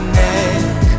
neck